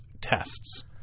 tests